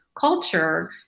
culture